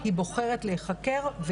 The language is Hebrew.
היא בוחרת להיחקר על ידי חוקר גבר,